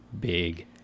big